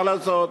מה לעשות.